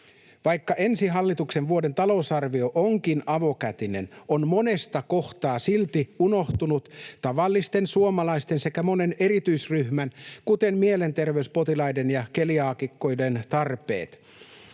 Vaikka hallituksen ensi vuoden talousarvio onkin avokätinen, on monesta kohtaa silti unohtunut tavallisten suomalaisten sekä monen erityisryhmän, kuten mielenterveyspotilaiden ja keliaakikoiden, tarpeet.